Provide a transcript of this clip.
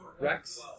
Rex